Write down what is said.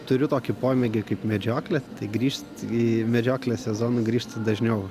turiu tokį pomėgį kaip medžioklė tai grįžt į medžioklės sezoną grįžtu dažniau